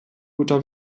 guter